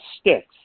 sticks